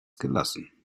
gelassen